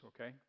okay